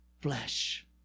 flesh